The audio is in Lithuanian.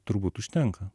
turbūt užtenka